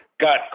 Got